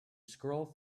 scroll